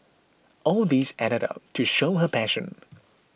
all these added up to show her passion